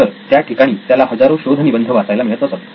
तर त्या ठिकाणी त्याला हजारो शोधनिबंध वाचायला मिळत असत